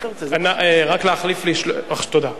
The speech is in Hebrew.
תודה.